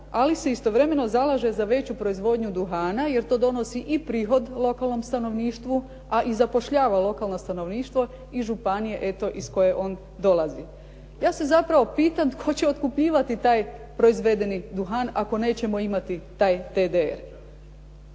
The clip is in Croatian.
ali se istovremeno zalaže za veću proizvodnju duhana jer to donosi i prihod lokalnom stanovništvu, a i zapošljava lokalno stanovništvo i županije, eto iz koje on dolazi. Ja se zapravo pitam tko će otkupljivati taj proizvedeni duhan ako nećemo imati taj TDR?